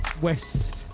West